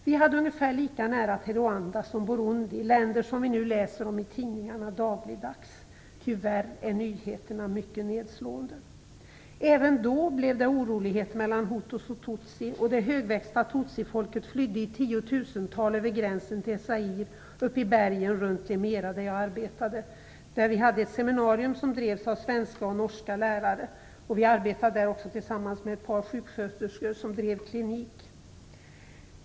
Vi hade ungefär lika nära till Rwanda som Burundi - länder som vi nu läser om i tidningarna dagligdags. Tyvärr är nyheterna mycket nedslående. Även då blev det oroligheter mellan hutus och tutsi, och det högväxta tutsifolket flydde i tiotusental över gränsen till Zaire upp i bergen runt Lemera, där jag arbetade. Vi hade ett seminarium som drevs av svenska och norska lärare. Vi arbetade tillsammans med ett par sjuksköterskor som drev klinik.